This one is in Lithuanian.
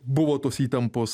buvo tos įtampos